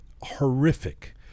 horrific